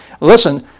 listen